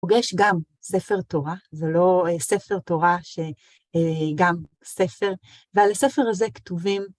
פוגש גם ספר תורה, זה לא אה... ספר תורה ש..אה... גם ספר, ועל הספר הזה כתובים